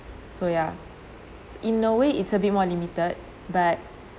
so ya in a way it's more limited but